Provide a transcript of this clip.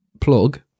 plug